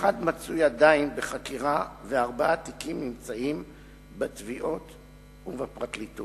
אחד מצוי עדיין בחקירה וארבעה תיקים נמצאים בתביעות ובפרקליטות.